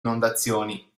inondazioni